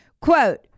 Quote